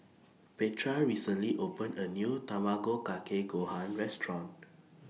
Petra recently opened A New Tamago Kake Gohan Restaurant